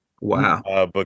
Wow